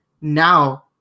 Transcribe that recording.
now